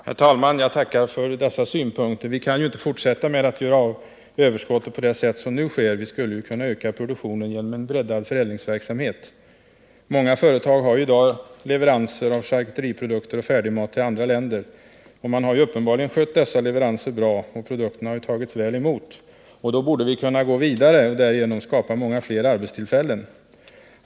Herr talman! Jag tackar för dessa synpunkter. Vi kan ju inte fortsätta att göra av med vårt överskott på det sätt som nu sker. Vi skulle kunna öka produktionen genom en breddad förädlingsverksamhet. Många företag har i dag leveranser av charkuteriprodukter och färdig mat till andra länder. Man har uppenbarligen skött dessa leveranser bra, och produkterna har tagits väl emot. Vi borde kunna gå vidare och därigenom skapa många fler arbetstillfällen.